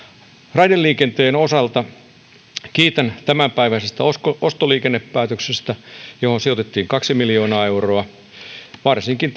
raideliikenteen osalta kiitän tämänpäiväisestä ostoliikennepäätöksestä jolla sijoitettiin kaksi miljoonaa euroa varsinkin